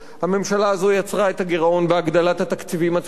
הממשלה הזאת יצרה את הגירעון בהגדלת התקציבים הצבאיים,